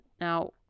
Now